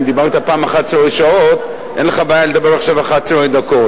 אם דיברת פעם 11 שעות אין לך בעיה לדבר עכשיו 11 דקות.